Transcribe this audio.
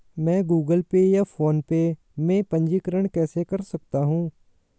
मैं Google Pay या PhonePe में पंजीकरण कैसे कर सकता हूँ?